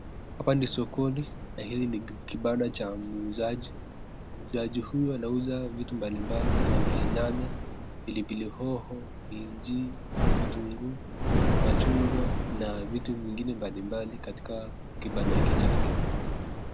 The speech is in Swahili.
Hapa ni sokoni na hili ni kibanda cha muuzaji , muuzaji huyu anauza vitu mbalimbali kama vile; nyanya, pilipili hoho, minji, vitunguu , machungwa na vitu vingine mbalimbali katika kibanda hiki chake.